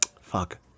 fuck